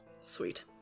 Sweet